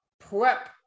prep